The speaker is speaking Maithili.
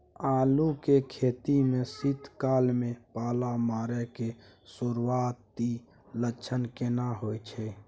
आलू के खेती में शीत काल में पाला मारै के सुरूआती लक्षण केना होय छै?